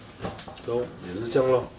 so 就这样 lor